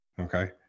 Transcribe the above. okay